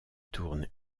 tourne